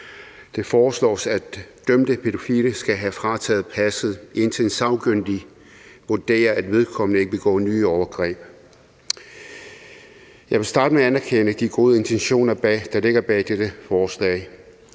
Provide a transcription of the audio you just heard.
Det foreslås, at dømte pædofile skal have frataget passet, indtil en sagkyndig vurderer, at vedkommende ikke begår nye overgreb. Jeg vil starte med at anerkende de gode intentioner, der ligger bag dette forslag.